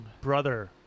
brother